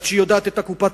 עד שהיא מכירה את קופת-חולים,